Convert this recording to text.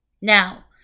Now